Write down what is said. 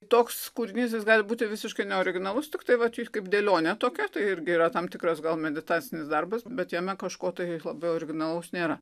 toks kūrinys gali būti visiškai neoriginalus tiktai vat kaip dėlionė tokia tai irgi yra tam tikras gal meditacinis darbas bet jame kažko tai labai originalaus nėra